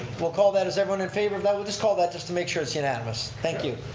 we'll call that. is everyone in favor of that? we'll just call that just to make sure it's unanimous. thank you.